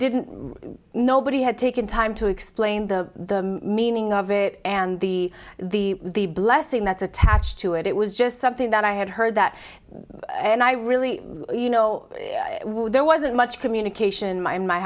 didn't nobody had taken time to explain the meaning of it and the the the blessing that's attached to it it was just something that i had heard that and i really you know there wasn't much communication my in my